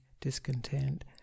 discontent